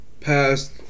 passed